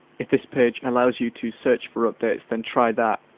if this page allows you to search for updates then try that,